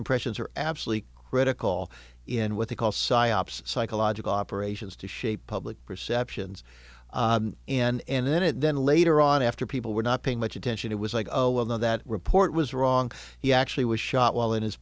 impressions are absolutely critical in what they call psyops psychological operations to shape public perceptions and then it then later on after people were not paying much attention it was like oh well no that report was wrong he actually was shot while in his